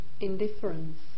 indifference